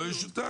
לא ישותק.